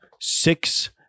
Six